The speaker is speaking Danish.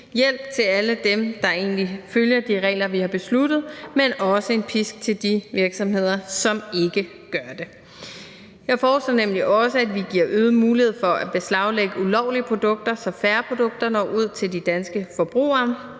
hjælp til alle dem, der egentlig følger de regler, vi har besluttet, men også en pisk til de virksomheder, som ikke gør det. Jeg foreslår nemlig også, at vi giver øget mulighed for at beslaglægge ulovlige produkter, så færre produkter når ud til de danske forbrugere.